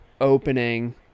opening